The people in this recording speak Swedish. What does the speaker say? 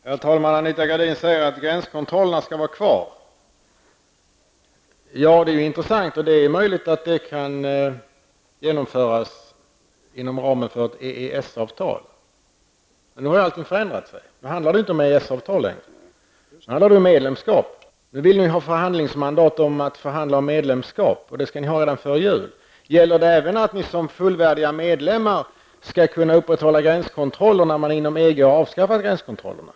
Herr talman! Anita Gradin säger att gränskontrollerna skall vara kvar. Det är intressant, och det är möjligt att detta kan genomföras inom ramen för ett EES-avtal. Men nu har allt förändrats. Nu handlar det inte om EES-avtal längre, nu handlar det ju om medlemskap. Nu vill ni ha mandat att förhandla om medlemskap, och det skall ni ha redan före jul. Gäller det även att Sverige som fullvärdig medlem skall kunna upprätthålla gränskontroller, när man inom EG avskaffat gränskontrollerna?